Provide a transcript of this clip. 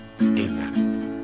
Amen